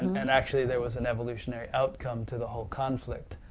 and actually, there was an evolutionary outcome to the whole conflict,